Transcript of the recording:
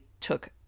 took